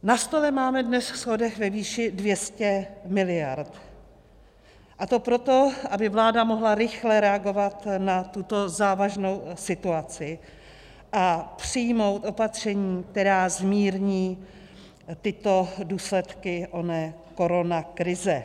Na stole máme dnes schodek ve výši 200 mld., a to proto, aby vláda mohla rychle reagovat na tuto závažnou situaci a přijmout opatření, která zmírní tyto důsledky oné koronakrize.